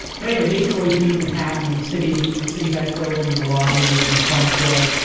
but anyway, they used to always meet manhattan in the city, the citibank building, and the lobby where the phones were.